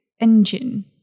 engine